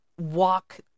walk